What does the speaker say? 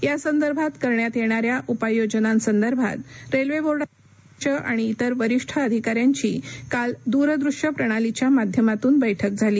या संदर्भात करण्यात येणाऱ्या उपाय योजनांसंदर्भात रेल्वे बोर्डाचे अध्यक्ष आणि इतर वरिष्ठ अधिकाऱ्यांची काल दूरदृश्य प्रणालीच्या माध्यमातून बैठक झाली